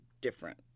different